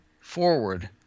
forward